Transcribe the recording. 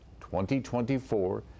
2024